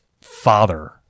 father